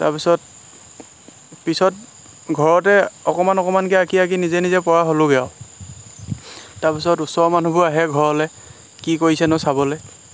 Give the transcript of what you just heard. তাৰপিছত পিছত ঘৰতে অকণমান অকণমানকৈ আঁকি আঁকি নিজে নিজে পৰা হ'লোঁগৈ আৰু তাৰপিছত ওচৰৰ মানুহবোৰ আহে ঘৰলৈ কি কৰিছেনো চাবলৈ